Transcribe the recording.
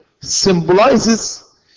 symbolizes